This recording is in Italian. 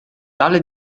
tale